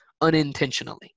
unintentionally